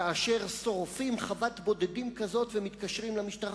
כאשר שורפים חוות בודדים כזאת ומתקשרים למשטרה,